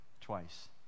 twice